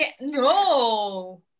No